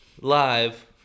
live